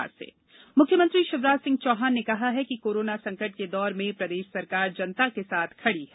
मुख्यमंत्री मुख्यमंत्री शिवराज सिंह चौहान ने कहा है कि कोरोना संकट के दौर में प्रदेश सरकार जनता के साथ खड़ी है